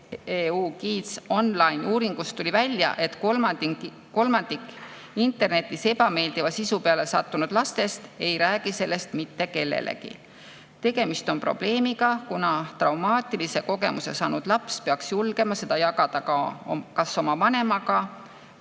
EU Kids Online'i uuringust tuli välja, et kolmandik internetis ebameeldiva sisu peale sattunud lastest ei räägi sellest mitte kellelegi. Tegemist on probleemiga, kuna traumaatilise kogemuse saanud laps peaks julgema seda jagada kas oma vanemaga